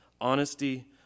honesty